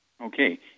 Okay